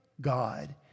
God